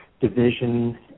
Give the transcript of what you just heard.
division